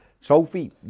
Sophie